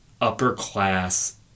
upper-class